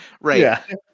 right